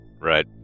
Right